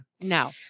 No